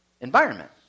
environment